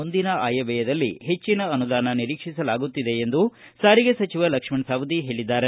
ಮುಂದಿನ ಆಯವ್ಯಯದಲ್ಲಿ ಹೆಚ್ಚಿನ ಅನುದಾನ ನಿರೀಕ್ಷಿಸಲಾಗುತ್ತಿದೆ ಎಂದು ಸಾರಿಗೆ ಸಚಿವ ಲಕ್ಷ್ಮಣ್ ಸವದಿ ಹೇಳಿದ್ದಾರೆ